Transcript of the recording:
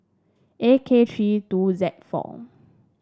A K three two Z four